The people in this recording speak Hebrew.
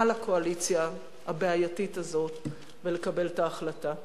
מעל הקואליציה הבעייתית הזאת ולקבל את ההחלטה.